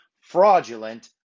fraudulent